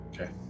Okay